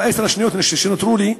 בעשר השניות שנותרו לי,